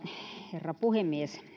herra puhemies